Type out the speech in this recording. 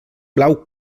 blau